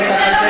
טרור,